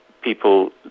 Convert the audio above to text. people